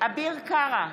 אביר קארה,